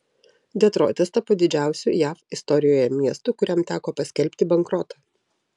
detroitas tapo didžiausiu jav istorijoje miestu kuriam teko paskelbti bankrotą